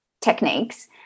techniques